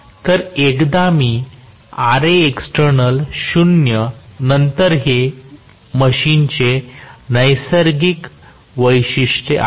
तर एकदा मी Raएक्सटेर्नल 0 नंतर हे मशीनचे नैसर्गिक वैशिष्ट्य आहे